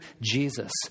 Jesus